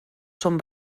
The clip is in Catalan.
són